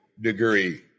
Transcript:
degree